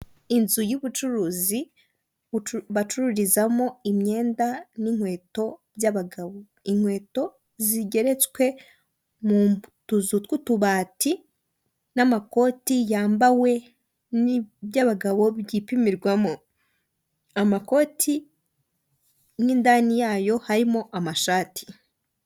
Inzu y'ubucuruzi bacururizamo imyenda n'inkweto by'abagabo inkweto zigeretswe mu tuzu tw'utubati n'amakoti yambawe by'abagabo byipimirwamo, amakoti mu indani yayo harimo amashati.